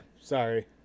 sorry